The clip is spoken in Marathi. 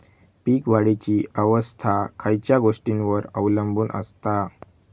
पीक वाढीची अवस्था खयच्या गोष्टींवर अवलंबून असता?